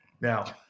Now